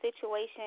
situation